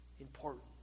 important